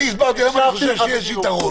אני הסברתי למה אני חושב שיש יתרון.